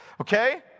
okay